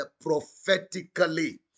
prophetically